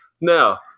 Now